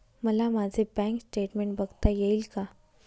मला माझे bank statement बघता येईल का?